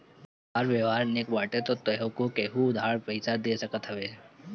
तोहार व्यवहार निक बाटे तअ तोहके केहु उधार पईसा दे सकत हवे